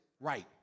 Right